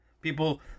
People